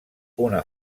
una